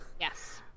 Yes